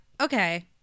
Okay